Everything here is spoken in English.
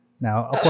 Now